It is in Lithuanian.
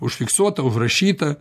užfiksuota užrašyta